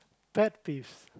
pet peeves